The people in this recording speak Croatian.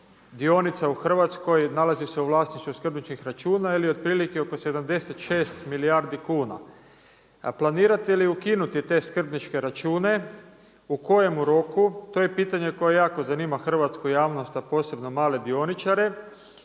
dionica u Hrvatskoj nalazi se u vlasništvu skrbničkih računa ili otprilike oko 76 milijardi kuna. Planirate li ukinuti te skrbničke račune, u kojem roku? To je pitanje koje jako zanima hrvatsku javnost a posebno male dioničare.